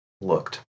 looked